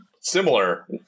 similar